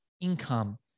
income